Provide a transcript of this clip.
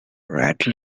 rate